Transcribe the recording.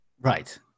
Right